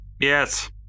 Yes